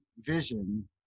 vision